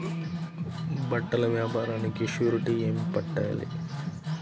బట్టల వ్యాపారానికి షూరిటీ ఏమి పెట్టాలి?